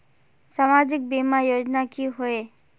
सामाजिक बीमा योजना की होय?